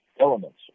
elements